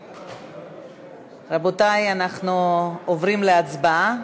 רבותי, אנחנו עוברים להצבעה.